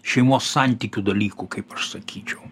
šeimos santykių dalykų kaip aš sakyčiau